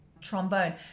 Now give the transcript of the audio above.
trombone